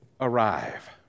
arrive